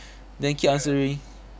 then keep answering